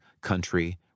country